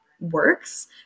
works